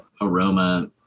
aroma